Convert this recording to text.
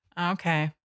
Okay